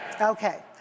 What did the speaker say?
Okay